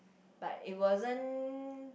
but it wasn't